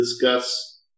discuss